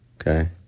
Okay